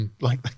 like-